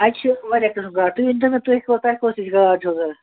اَتہِ چھِ واریاہ قٕسٕم گاڈ تُہۍ ؤنۍتَو مےٚ تُہۍ کوت تۄہہِ کۄس ہِش گاڈ چھَو ضروٗرت